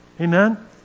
Amen